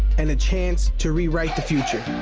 and a chance to rewrite the future.